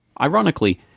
Ironically